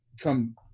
come